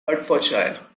hertfordshire